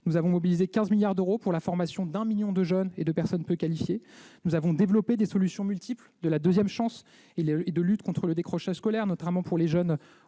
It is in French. Nous avons mobilisé 15 milliards d'euros pour la formation de 1 million de jeunes et de personnes peu qualifiées. Nous avons développé des solutions multiples de la deuxième chance et de lutte contre le décrochage scolaire, notamment pour les jeunes